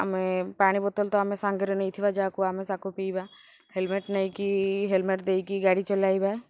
ଆମେ ପାଣି ବୋତଲ୍ ତ ଆମେ ସାଙ୍ଗରେ ନେଇଥିବା ଯାହାକୁ ଆମେ ତାକୁ ପିଇବା ହେଲ୍ମେଟ୍ ନେଇକି ହେଲ୍ମେଟ୍ ଦେଇକି ଗାଡ଼ି ଚଲାଇବା